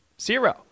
Zero